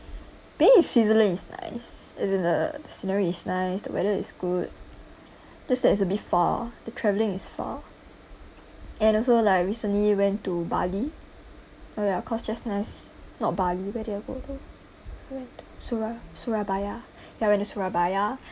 basel in switzerland's as in the scenery is nice the weather is good just that it's a bit far the travelling is far and also like recently went to bali oh ya cost just nice not bali where did I go though went sura~ surabaya ya I went to surabaya